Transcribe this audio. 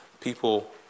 people